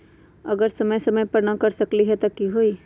अगर समय समय पर न कर सकील त कि हुई?